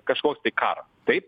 kažkoks tai karas taip